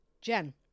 Jen